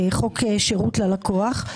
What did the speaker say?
חוק שירות ללקוח.